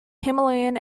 himalayan